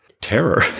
terror